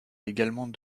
également